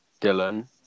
Dylan